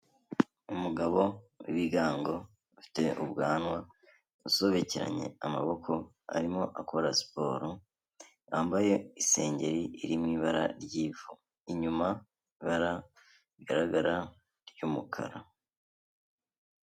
Umugabo w'ibigango ufite ubwanwa, usobekeranye amaboko, arimo akora siporo, yambaye isengeri iri mu ibara ry'ivu. Inyuma ibara rigaragara ry'umukara.